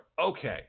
Okay